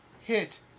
Hit